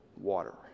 water